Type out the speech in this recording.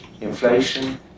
Inflation